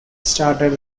started